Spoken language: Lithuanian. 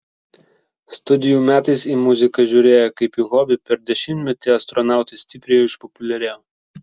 studijų metais į muziką žiūrėję kaip į hobį per dešimtmetį astronautai stipriai išpopuliarėjo